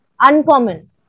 uncommon